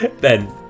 Ben